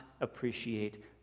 appreciate